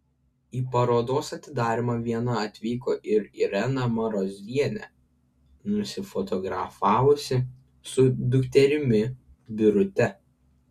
į parodos atidarymą viena atvyko ir irena marozienė nusifotografavusi su dukterimi birute